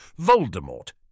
Voldemort